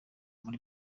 muri